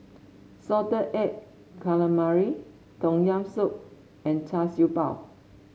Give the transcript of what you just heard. Salted Egg Calamari Tom Yam Soup and Char Siew Bao